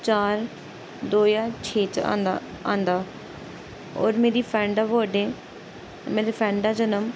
चार दो ज्हार छे च आंदा आंदा होर मेरी फ्रैंड दा बर्डे मेरी फ्रैंड दा जनम